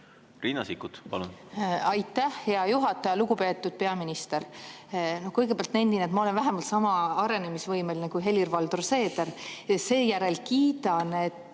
Riina Sikkut, palun! Aitäh, hea juhataja! Lugupeetud peaminister! Kõigepealt nendin, et ma olen vähemalt niisama arenemisvõimeline kui Helir-Valdor Seeder. Seejärel kiidan, et